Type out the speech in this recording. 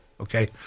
okay